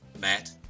Matt